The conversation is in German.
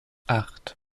acht